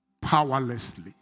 Powerlessly